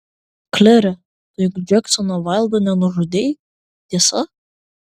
klere tu juk džeksono vaildo nenužudei tiesa